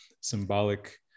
symbolic